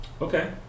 Okay